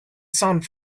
sound